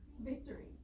Victory